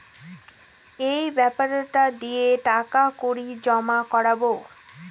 এই বেপারটা দিয়ে টাকা কড়ি জমা করাবো